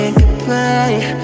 goodbye